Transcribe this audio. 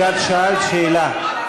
תאסור כניסה לערבים?